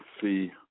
see